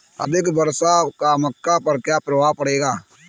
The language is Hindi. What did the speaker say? अधिक वर्षा का मक्का पर क्या प्रभाव पड़ेगा?